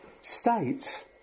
state